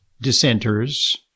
dissenters